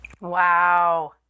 Wow